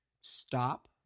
stop